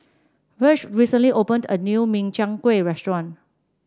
Virge recently opened a new Min Chiang Kueh restaurant